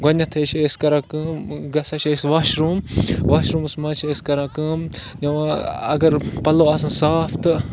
گۄڈٕنٮ۪تھٕے چھِ أسۍ کَران کٲم گژھان چھِ أسۍ واش روٗم واش روٗمَس منٛز چھِ أسۍ کَران کٲم نِوان اَگر پَلو آسَن صاف تہٕ